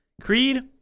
Creed